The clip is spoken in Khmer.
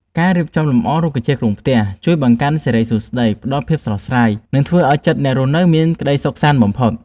ការរៀបចំលម្អរុក្ខជាតិក្នុងផ្ទះជួយបង្កើនសិរីសួស្តី ផ្តល់ភាពស្រស់ស្រាយ និង ធ្វើឱ្យចិត្តអ្នករស់នៅមានក្តីសុខសាន្តបំផុត។